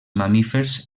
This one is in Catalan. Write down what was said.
mamífers